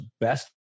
best